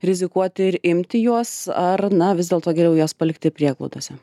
rizikuoti ir imti juos ar na vis dėlto geriau juos palikti prieglaudose